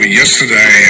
yesterday